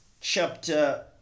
chapter